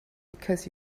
because